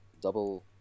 double